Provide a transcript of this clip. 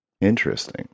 interesting